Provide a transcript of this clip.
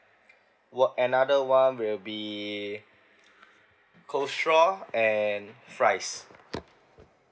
one another [one] will be coleslaw and fries